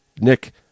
Nick